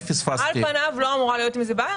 על פניו לא אמורה להיות עם זה בעיה,